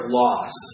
loss